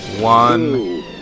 one